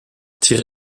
tyr